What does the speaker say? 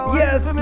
yes